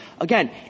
Again